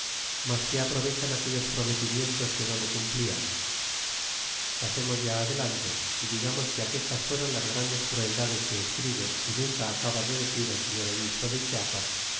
mas qué aprovechaban aquellos prometimientos que no lo cumplían pasemos ya adelante y digamos que aquestas fuéron las grandes crueldades que escribe y nunca acaba de decir el señor obispo de chiapa